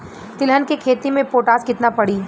तिलहन के खेती मे पोटास कितना पड़ी?